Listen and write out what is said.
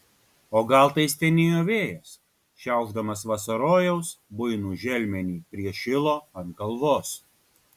o gal tai stenėjo vėjas šiaušdamas vasarojaus buinų želmenį prie šilo ant kalvos